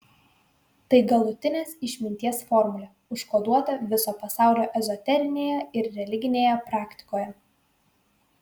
tai galutinės išminties formulė užkoduota viso pasaulio ezoterinėje ir religinėje praktikoje